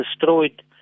destroyed